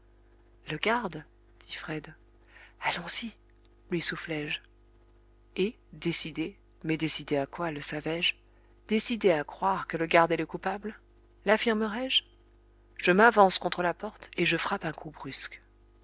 le garde dit fred allons-y lui soufflai je et décidé mais décidé à quoi le savais-je décidé à croire que le garde est le coupable laffirmerais je je m'avance contre la porte et je frappe un coup brusque